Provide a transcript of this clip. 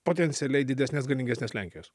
potencialiai didesnės galingesnės lenkijos